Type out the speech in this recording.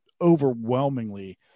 Overwhelmingly